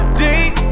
deep